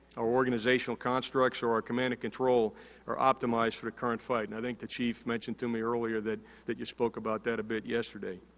our organizational constructs, or our command and control are optimized for the current fight. and, i think that chief mentioned to me earlier that that you spoke about that a bit yesterday.